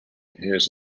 has